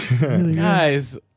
guys